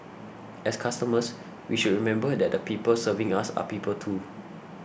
as customers we should remember that the people serving us are people too